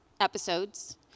episodes